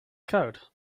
code